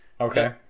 Okay